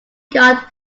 got